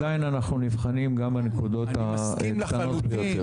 עדיין אנחנו נבחנים גם בנקודות הקטנות ביותר.